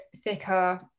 thicker